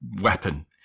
weapon